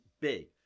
big